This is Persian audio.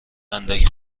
اندک